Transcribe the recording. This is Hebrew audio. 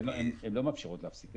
לא, הן לא מאפשרות להפסיק את זה.